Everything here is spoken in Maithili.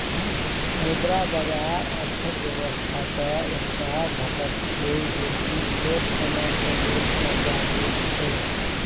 मुद्रा बाजार अर्थक व्यवस्था के एक टा घटक छिये जे की छोट समय के लेल कर्जा देत छै